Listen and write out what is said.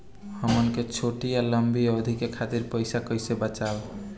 हमन के छोटी या लंबी अवधि के खातिर पैसा कैसे बचाइब?